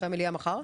אחרי המליאה מחר?